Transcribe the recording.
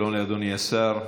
שלום לאדוני השר.